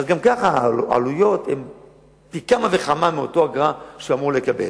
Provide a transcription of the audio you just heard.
אז גם ככה העלויות הן פי כמה מאותה אגרה שהוא אמור לקבל.